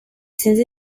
sinzi